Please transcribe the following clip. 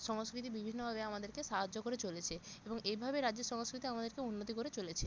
সংস্কৃতি বিভিন্নভাবে আমাদেরকে সাহায্য করে চলেছে এবং এইভাবে রাজ্যের সংস্কৃতি আমাদেরকে উন্নত করে চলেছে